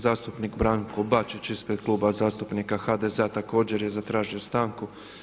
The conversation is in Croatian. Zastupnik Branko Bačić ispred Kluba zastupnika HDZ-a također je zatražio stanku.